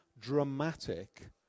dramatic